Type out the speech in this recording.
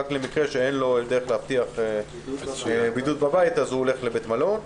אלא אם כן אין לו דרך להבטיח בידוד בבית ואז הוא הולך לבית מלון.